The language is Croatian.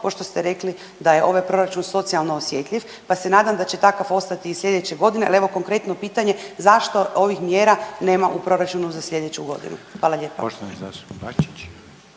pošto ste rekli da je ovaj proračun socijalno osjetljiv, pa se nadam da će takav ostati i sljedeće godine, al evo konkretno pitanje. Zašto ovih mjera nema u proračunu za sljedeću godinu? Hvala lijepa.